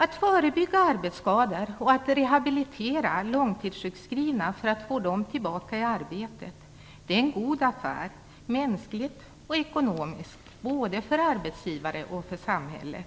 Att förebygga arbetsskador och att rehabilitera långtidssjukskrivna för att få dem tillbaka i arbete är en god affär, mänskligt och ekonomiskt, både för arbetsgivare och för samhälle.